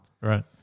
Right